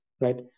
right